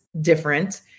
different